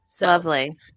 lovely